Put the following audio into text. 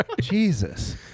Jesus